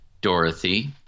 Dorothy